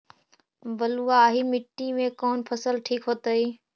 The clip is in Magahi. बलुआही मिट्टी में कौन फसल ठिक होतइ?